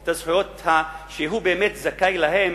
את הזכויות שהוא באמת זכאי להן